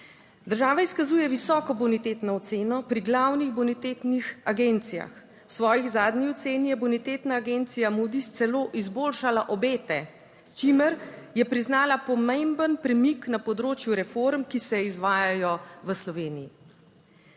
Država izkazuje visoko bonitetno oceno pri glavnih bonitetnih agencijah, v svoji zadnji oceni je bonitetna agencija Moody's celo izboljšala obete, s čimer je priznala pomemben premik na področju reform, ki se izvajajo v Sloveniji.